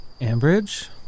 Ambridge